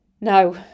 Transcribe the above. no